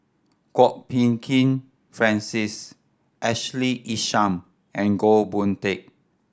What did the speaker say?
Kwok Peng Kin Francis Ashley Isham and Goh Boon Teck